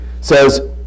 says